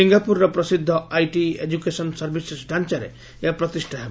ସିଙ୍ଙାପୁରର ପ୍ରସିଦ୍ଧ ITE education services ଡାଞ୍ଚାରେ ଏହା ପ୍ରତିଷ୍ଠା ହେବ